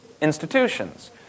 institutions